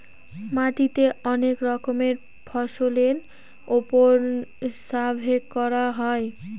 মাটিতে অনেক রকমের ফসলের ওপর সার্ভে করা হয়